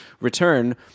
return